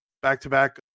back-to-back